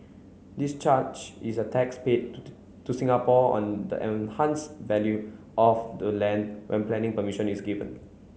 this charge is a tax paid to Singapore on the enhance value of the land when planning permission is given